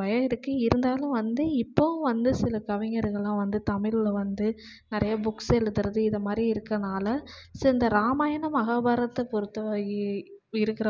பயம் இருக்குது இருந்தாலும் வந்து இப்போவும் வந்து சில கவிஞர்கள்லாம் வந்து தமிழில் வந்து நிறையா புக்ஸ் எழுதுகிறது இதை மாதிரி இருக்கறனால ஸோ இந்த இராமாயணம் மகாபாரதத்தை பொறுத்தவரை இருக்கிற